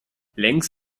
längs